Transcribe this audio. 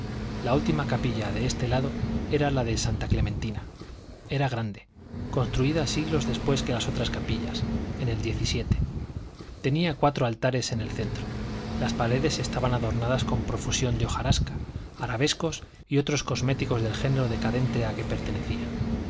la última capilla de este lado era la de santa clementina era grande construida siglos después que las otras capillas en el diez y siete tenía cuatro altares en el centro las paredes estaban adornadas con profusión de hojarasca arabescos y otros cosméticos del género decadente a que pertenecía